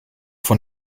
von